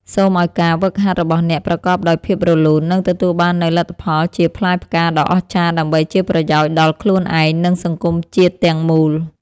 សូមឱ្យការហ្វឹកហាត់របស់អ្នកប្រកបដោយភាពរលូន និងទទួលបាននូវលទ្ធផលជាផ្លែផ្កាដ៏អស្ចារ្យដើម្បីជាប្រយោជន៍ដល់ខ្លួនឯង និងសង្គមជាតិទាំងមូល។